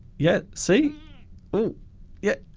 yes see oh yeah